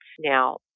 Now